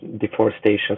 deforestation